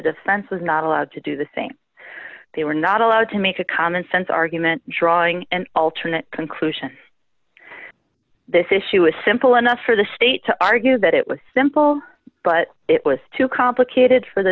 defense was not allowed to do the same they were not allowed to make a common sense argument drawing an alternate conclusion this issue is simple enough for the state to argue that it was simple but it was too complicated for the